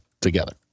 together